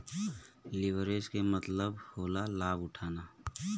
leverage के मतलब होला लाभ उठाना